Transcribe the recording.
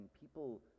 people